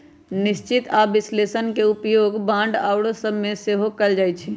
निश्चित आऽ विश्लेषण के उपयोग बांड आउरो सभ में सेहो कएल जाइ छइ